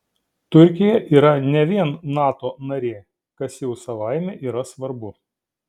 turkija yra ne vien nato narė kas jau savaime yra svarbu